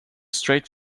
straight